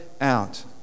out